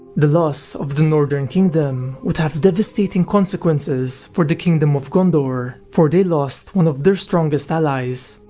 the loss of the northern kingdom would have devastating consequences for the kingdom of gondor, for they lost one of their strongest allies,